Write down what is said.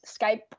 skype